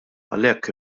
għalhekk